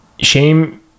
shame